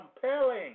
compelling